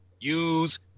use